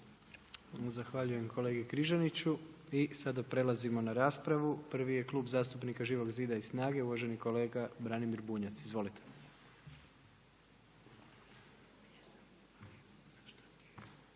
Zahvaljujem kolegi Križaniću. I sada prelazimo na raspravu, prvi je Klub zastupnika Živog zida i SNAGA-e, uvaženi kolega Branimir Bunjac. Izvolite.